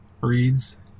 reads